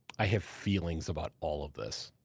i have feelings about all of this.